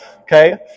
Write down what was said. Okay